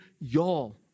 y'all